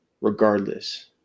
regardless